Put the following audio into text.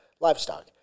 livestock